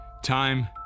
Time